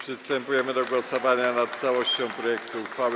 Przystępujemy do głosowania nad całością projektu uchwały.